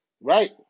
Right